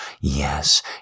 Yes